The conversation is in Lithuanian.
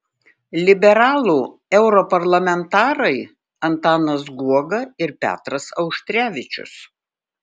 liberalų europarlamentarai antanas guoga ir petras auštrevičius